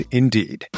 indeed